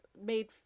made